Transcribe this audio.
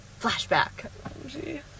Flashback